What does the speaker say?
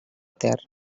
terra